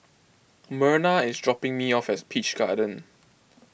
Merna is dropping me off as Peach Garden